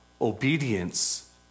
Obedience